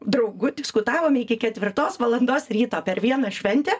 draugu diskutavome iki ketvirtos valandos ryto per vieną šventę